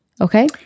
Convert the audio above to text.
Okay